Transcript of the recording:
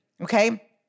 okay